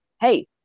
hey